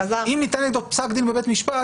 אם ניתן לו פסק דין בבית משפט,